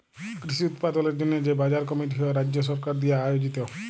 কৃষি উৎপাদলের জন্হে যে বাজার কমিটি হ্যয় রাজ্য সরকার দিয়া আয়জিত